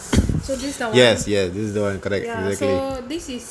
yes yes this is the one correct everything